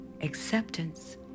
acceptance